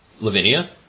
Lavinia